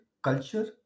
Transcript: culture